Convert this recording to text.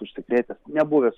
užsikrėtęs nebuvęs